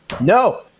no